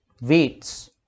weights